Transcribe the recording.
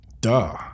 Duh